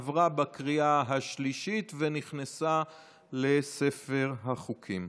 עברה בקריאה השלישית ונכנסה לספר החוקים.